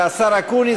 והשר אקוניס,